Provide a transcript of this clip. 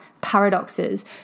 paradoxes